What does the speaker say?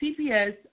CPS